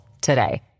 today